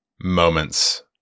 moments